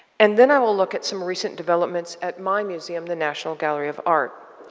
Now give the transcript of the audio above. and then i will look at some recent developments at my museum, the national gallery of art.